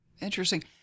Interesting